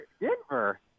Denver